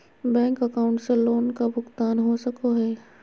Bank account से loan का भुगतान हो सको हई?